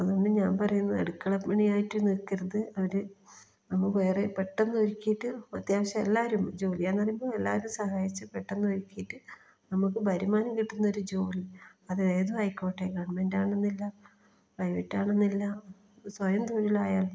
അതുകൊണ്ട് ഞാൻ പറയുന്നു അടുക്കളപ്പണിയായിട്ട് നിൽക്കരുത് അവർ നമ്മൾ വേറെ പെട്ടന്ന് ഒരുക്കീട്ട് അത്യാവശ്യം എല്ലാവരും ജോലിയാണെന്ന് പറയുമ്പോൾ എല്ലാവരും സഹായിച്ച് പെട്ടന്ന് ഒരുക്കീട്ട് നമുക്ക് വരുമാനം കിട്ടുന്നൊരു ജോലി അത് ഏതുമായിക്കോട്ടെ ഗവൺമെൻറാകണമെന്നില്ല പ്രൈവറ്റാവാണമെന്നില്ല സ്വയം തൊഴിലായാലും